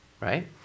right